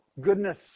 Goodness